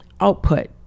output